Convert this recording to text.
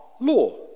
law